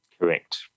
Correct